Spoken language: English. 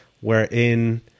wherein